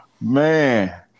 Man